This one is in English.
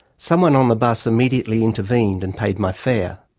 someone on the bus immediately intervened and paid my fare.